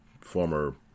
former